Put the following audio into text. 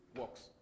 works